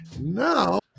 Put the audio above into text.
Now